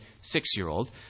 six-year-old